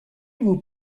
vous